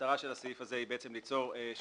המטרה של הסעיף הזה היא בעצם ליצור שקיפות